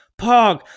pog